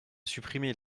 supprimer